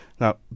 Now